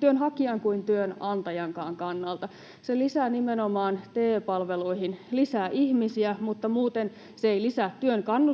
työnhakijan kuin työnantajankaan kannalta. Se lisää ihmisiä nimenomaan TE-palveluihin, mutta muuten se ei lisää työn kannustavuutta,